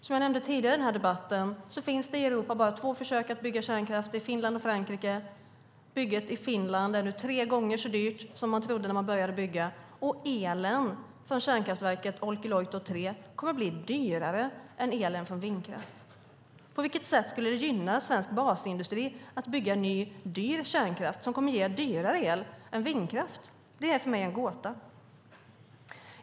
Som jag nämnde tidigare i debatten finns det i Europa bara två försök att bygga kärnkraft, nämligen Finland och Frankrike. Bygget i Finland är nu tre gånger så dyrt som man trodde när man började bygga, och elen från kärnkraftverket Olkiluoto 3 kommer att bli dyrare än elen från vindkraft. På vilket sätt skulle det gynna svensk basindustri att bygga ny, dyr kärnkraft, som kommer att ge dyrare el än vindkraft? Det är för mig en gåta.